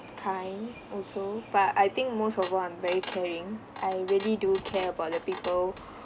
kind also but I think most of all I'm very caring I really do care about the people